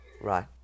Right